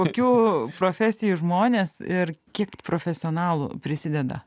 kokių profesijų žmonės ir kiek profesionalų prisideda